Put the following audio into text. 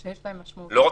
לא,